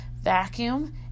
Vacuum